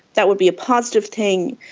that would be a positive thing,